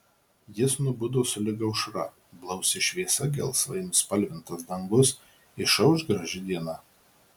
jis nubudo sulig aušra blausi šviesa gelsvai nuspalvintas dangus išauš graži diena